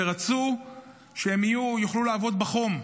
רצו שהם יוכלו לעבוד בחום,